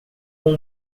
com